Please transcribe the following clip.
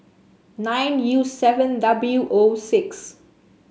nine U seven W O